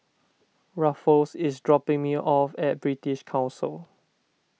Rufus is dropping me off at British Council